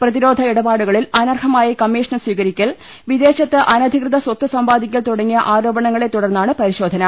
പ്രതിരോധ ഇടപാടുകളിൽ അനർഹമായി കമ്മീഷൻ സ്വീകരിക്കൽ വിദേശത്ത് അനധികൃത സ്വത്ത് സമ്പാദിക്കൽ തുടങ്ങിയ ആരോപണങ്ങളെ തുടർന്നാണ് പരിശോധന